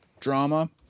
drama